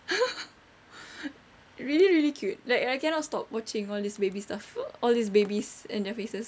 really really cute like I cannot stop watching all this baby stuff all these babies and their faces